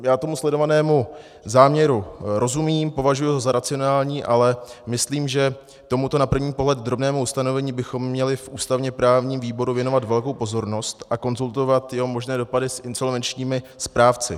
Já tomu sledovanému záměru rozumím, považuji ho za racionální, ale myslím, že tomuto na první pohled drobnému ustanovení bychom měli v ústavněprávním výboru věnovat velkou pozornost a konzultovat jeho možné dopady s insolvenčními správci.